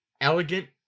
elegant